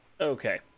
Okay